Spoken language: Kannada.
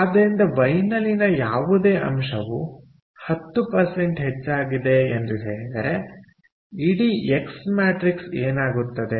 ಆದ್ದರಿಂದ ವೈ ನಲ್ಲಿನ ಯಾವುದೇ ಅಂಶವು 10 ಹೆಚ್ಚಾಗಿದೆ ಎಂದು ಹೇಳಿದರೆ ಇಡೀ ಎಕ್ಸ್ ಮ್ಯಾಟ್ರಿಕ್ಸ್ ಏನಾಗುತ್ತದೆ